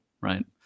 right